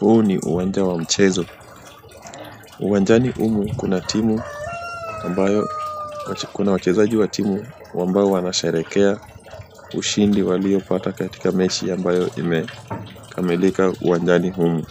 Huu ni uwanja wa mchezo ,uwanjani humu kuna wachezaji wa timu ambao wanashereheka ushindi waliyopata katika mechi ambayo imekamilika uwanjani humu .